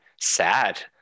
sad